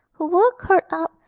who were curled up,